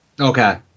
Okay